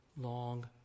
long